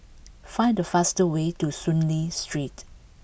find the fastest way to Soon Lee Street